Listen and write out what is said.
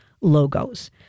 logos